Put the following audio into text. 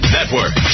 Network